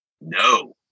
No